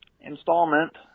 installment